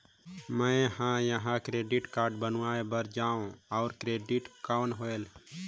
मैं ह कहाँ क्रेडिट कारड बनवाय बार जाओ? और क्रेडिट कौन होएल??